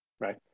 right